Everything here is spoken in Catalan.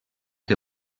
que